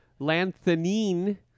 lanthanine